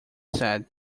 said